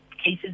cases